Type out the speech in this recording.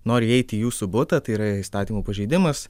nori įeiti į jūsų butą tai yra įstatymų pažeidimas